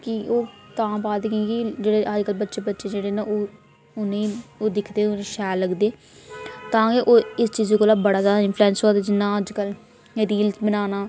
कि ओह् तां पा दे कि के जेह्ड़े अज्जकल बच्चे बच्चे जेह्ड़े न ओह् उ'नेंगी ओह् दिखदे उ'नेंगी शैल लगदे तां गै ओह् इस चीज़ कोलां बड़ा ज्यादा इंफ्लूएंस होऐ दे नां अज्जकल एह् रील्स बनाना